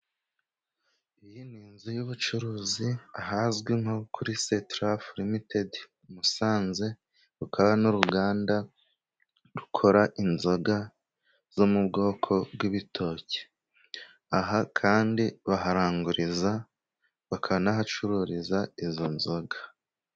Iyi ni inzu y'ubucuruzi ahazwi nko kuri cetraff ltd musanze rukaba n'uruganda rukora inzoga zo mu bwoko bw'ibitoki aha kandi baharanguriza bakanahacururiza izo nzoga.